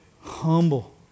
Humble